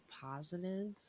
positive